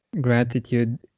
gratitude